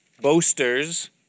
boasters